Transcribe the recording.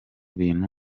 bintu